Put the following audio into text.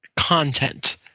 content